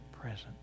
presence